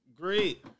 Great